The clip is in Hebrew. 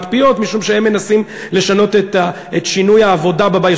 פיות משום שהם מנסים לשנות את העבודה בבית,